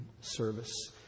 service